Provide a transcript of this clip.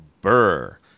Burr